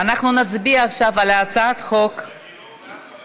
אנחנו נצביע עכשיו על הצעת החוק, לחינוך?